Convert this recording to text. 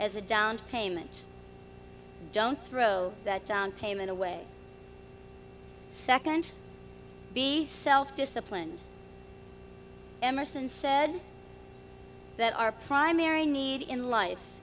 as a down payment don't throw that downpayment away second be self discipline emerson said that our primary need in life